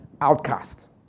outcast